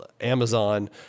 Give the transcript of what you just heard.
Amazon